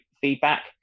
feedback